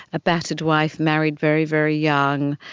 a battered wife, married very, very young,